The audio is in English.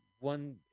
one